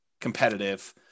competitive